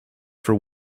for